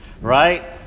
right